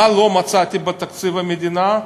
מה לא מצאתי בתקציב המדינה?